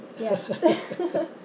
yes